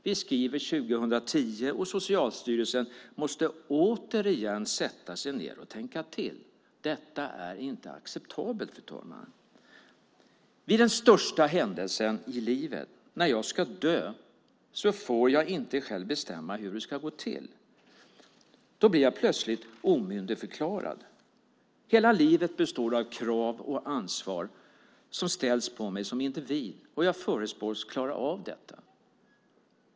Vi skriver 2010, och Socialstyrelsen måste återigen sätta sig ned och tänka till. Detta är inte acceptabelt, fru talman. Vid den största händelsen i livet, när jag ska dö, så får jag inte själv bestämma hur det ska gå till. Då blir jag plötsligt omyndigförklarad. Hela livet består av krav om ansvar som ställs på mig som individ, och jag förespås klara av detta.